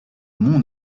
mon